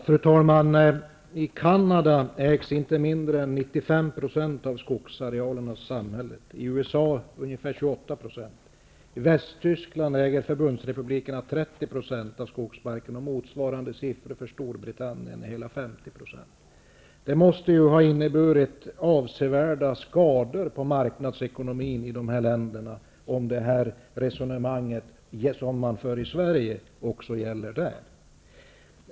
Fru talman! I Canada ägs inte mindre än 95 % av skogsarealen av samhället, i USA ungefär 28 %. Storbritannien är hela 50 %. Det måste ha inneburit avsevärda skador på marknadsekonomin i de här länderna, om det resonemang som man för i Sverige också gäller där.